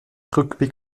préoccupé